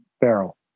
barrel